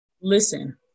listen